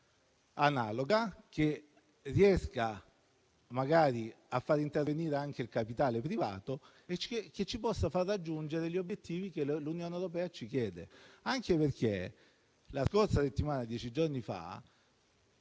analoga che riesca magari a far intervenire anche il capitale privato e ci possa far raggiungere gli obiettivi che l'Unione europea ci chiede. Anche perché la scorsa settimana, o dieci giorni fa,